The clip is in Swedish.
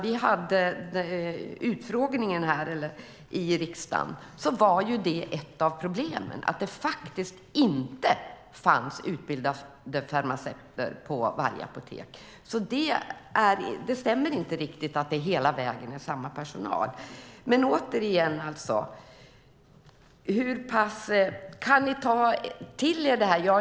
På den utfrågning vi höll här i riksdagen framkom att ett av problemen var att det inte fanns utbildade farmaceuter på varje apotek. Det stämmer alltså inte riktigt att det hela vägen är samma personal. Återigen undrar jag: Kan ni ta till er detta?